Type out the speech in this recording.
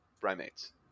primates